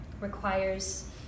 requires